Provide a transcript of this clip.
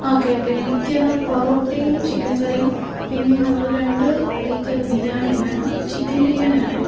okay okay എനിക്ക് പെറോട്ടയും chicken കറിയും പിന്നെ ഒരു രണ്ട് പ്ലേറ്റ് ബിരിയാണിയും വേണം ചിക്കെൻ ബിരിയാണിയാണെ